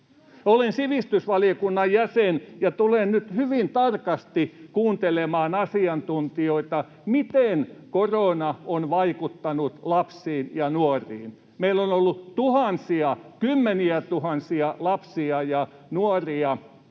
Olen sivistysvaliokunnan jäsen ja tulen nyt hyvin tarkasti kuuntelemaan asiantuntijoita siitä, miten korona on vaikuttanut lapsiin ja nuoriin. Meillä on ollut tuhansia, kymmeniätuhansia, lapsia ja nuoria